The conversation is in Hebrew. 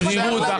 שרירות,